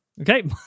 Okay